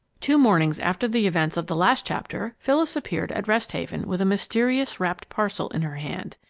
two mornings after the events of the last chapter, phyllis appeared at rest haven with a mysterious wrapped parcel in her hand.